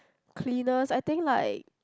cleaners I think like